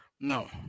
no